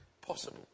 possible